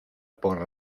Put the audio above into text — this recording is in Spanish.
por